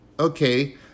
Okay